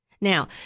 Now